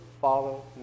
follow